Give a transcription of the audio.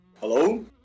Hello